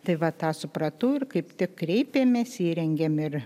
tai va tą supratau ir kaip tik kreipėmės įrengėm ir